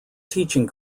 teaching